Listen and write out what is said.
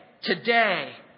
Today